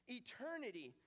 eternity